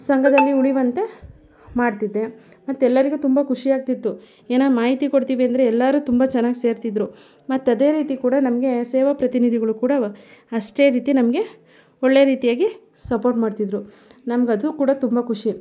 ಸಂಘದಲ್ಲಿ ಉಳಿಯುವಂತೆ ಮಾಡ್ತಿದ್ದೆ ಮತ್ತೆಲ್ಲರಿಗೂ ತುಂಬ ಖುಷಿಯಾಗ್ತಿತ್ತು ಏನೇನು ಮಾಹಿತಿ ಕೊಡ್ತೀವಿ ಅಂದರೆ ಎಲ್ಲರೂ ತುಂಬ ಚೆನ್ನಾಗಿ ಸೇರ್ತಿದ್ರು ಮತ್ತು ಅದೇ ರೀತಿ ಕೂಡ ನಮಗೆ ಸೇವಾ ಪ್ರತಿನಿಧಿಗಳು ಕೂಡ ಅಷ್ಟೇ ರೀತಿ ನಮಗೆ ಒಳ್ಳೆ ರೀತಿಯಾಗಿ ಸಪೋರ್ಟ್ ಮಾಡ್ತಿದ್ದರು ನಮ್ಗೆ ಅದು ಕೂಡ ತುಂಬ ಖುಷಿ